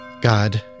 God